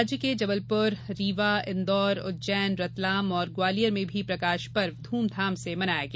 राज्य के जबलपुर रीवा इंदौर उज्जैन रतलाम और ग्वालियर में भी प्रकाश पर्व ध्रमधाम से मनाया गया